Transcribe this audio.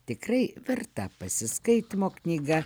tikrai verta pasiskaitymo knyga